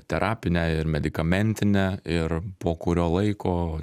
terapinę ir medikamentinę ir po kurio laiko